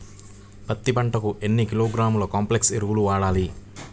పత్తి పంటకు ఎన్ని కిలోగ్రాముల కాంప్లెక్స్ ఎరువులు వాడాలి?